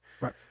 right